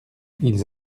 ils